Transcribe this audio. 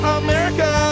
america